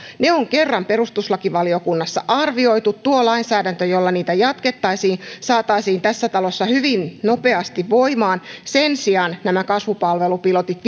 ne on kerran perustuslakivaliokunnassa arvioitu tuo lainsäädäntö jolla niitä jatkettaisiin saataisiin tässä talossa hyvin nopeasti voimaan sen sijaan nämä kasvupalvelupilotit